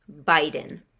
Biden